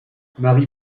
marie